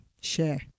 share